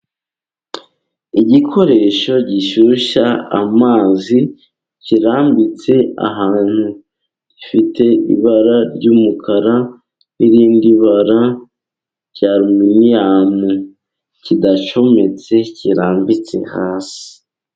Igikoresho gishyushya amazi kirambitse ahantu gifite ibara ry'umukara n'irindi bara rya aluminium kidacometse kirambitse hasi.